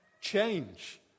change